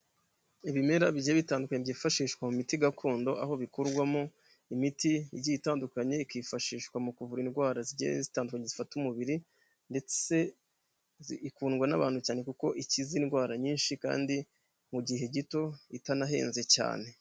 Ibimera bigiye bitandukanye byifashishwa mu miti gakondo, aho bikurwamo imiti igiye itandukanye, ikifashishwa mu kuvura indwara zigiye zitandukanye zifata umubiri, ndetse ikundwa n'abantu cyane kuko ikiza indwara nyinshi, kandi mu gihe gito itanahenze cyane.